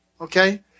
Okay